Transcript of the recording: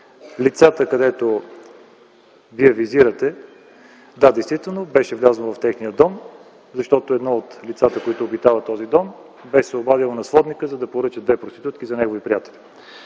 Лицата, които Вие визирате, да, действително имаше влизане в техния дом, защото едно от лицата, които обитават този дом се беше обадило на сводника, за да поръча две проститутки за негови приятели.